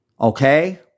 Okay